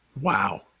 Wow